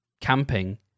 camping